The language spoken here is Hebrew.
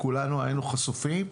כולנו היינו חשופים,